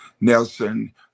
Nelson